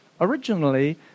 Originally